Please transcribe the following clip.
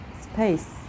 space